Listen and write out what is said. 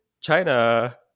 China